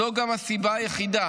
זו גם הסיבה היחידה